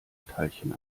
teilchen